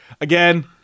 again